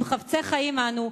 אם חפצי חיים אנו,